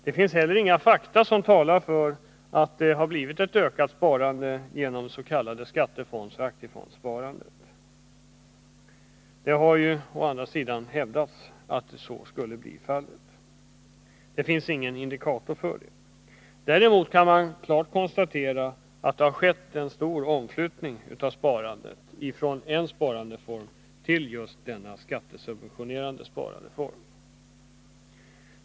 Det finns inte heller några fakta som talar för att sparandet har ökat genom s.k. skattefondsoch aktiefondssparande. Det har å andra sidan hävdats att så skulle vara fallet, men det finns inga indikationer för detta. Däremot kan man klart konstatera att det har skett en stor omflyttning av sparandet från andra sparformer till just denna skattesubventionerade sparandeform.